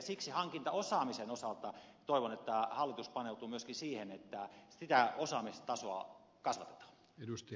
siksi hankintaosaamisen osalta toivon että hallitus paneutuu myöskin siihen että sitä osaamistasoa kasvatetaan